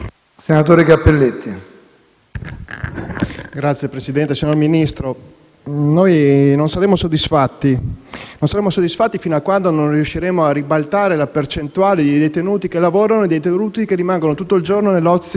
Signor Presidente, signor Ministro, noi non saremo soddisfatti fino a quando non riusciremo a ribaltare la percentuale di detenuti che lavorano e di detenuti che rimangono tutto il giorno nell'ozio delle loro celle.